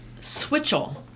Switchel